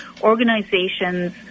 organizations